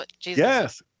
Yes